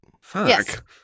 Fuck